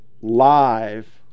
live